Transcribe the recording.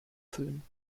füllen